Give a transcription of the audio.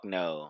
no